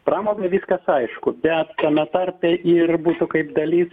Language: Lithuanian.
pramoga viskas aišku be tame tarpe ir būtų kaip dalis